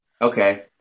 okay